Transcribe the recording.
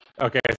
Okay